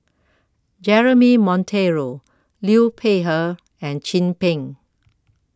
Jeremy Monteiro Liu Peihe and Chin Peng